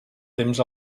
temps